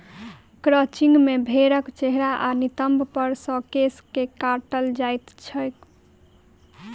crutching मे भेंड़क चेहरा आ नितंब पर सॅ केश के काटल जाइत छैक